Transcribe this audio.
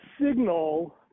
signal